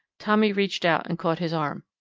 tommy reached out and caught his arm.